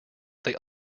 they